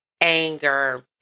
anger